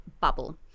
bubble